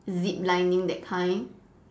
zip lining that kind